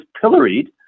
pilloried